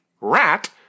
rat